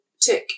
took